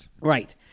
Right